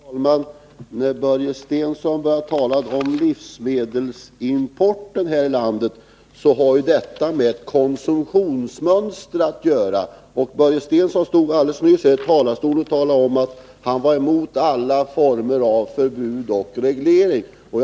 Herr talman! När Börje Stensson börjar tala om vår livsmedelsimport vill jag påpeka att denna har med konsumtionsmönstret att göra. Börje Stensson stod alldeles nyss i talarstolen och sade att han var mot alla former av förbud och regleringar.